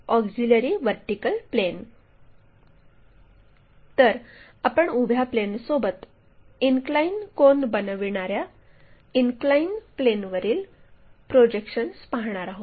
तर आपण उभ्या प्लेनसोबत इनक्लाइन कोन बनविणार्या इनक्लाइन प्लेनवरील प्रोजेक्शन्स पाहणार आहोत